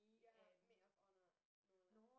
you're her maid of honour ah no lah